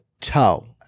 toe